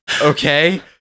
okay